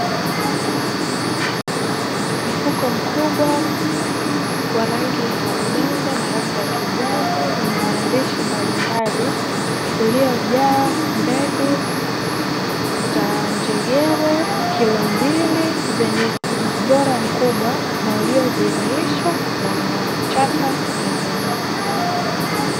Mfuko mkubwa wa rangi ya udongo na rangi ya kijani, wenye maandishi mbalimbali, uliojaa mbegu za njegere kilo mbili, zenye ubora mkubwa, na ulioidhinishwa na chata ya Tanzania.